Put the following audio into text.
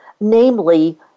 namely